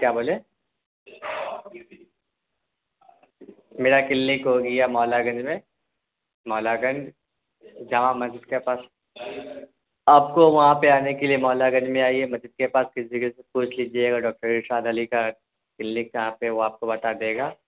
کیا بولے میرا کلینک ہو گیا مولٰی گنج میں مولٰی گنج جامع مسجد کے پاس آپ کو وہاں پہ آنے کے لیے مولٰی گنج میں آئیے مسجد کے پاس کسی کسی سے پوچھ لیجیے گا ڈاکٹر ارشاد علی کا کلینک کہاں پہ ہے وہ آپ کو بتا دے گا